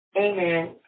amen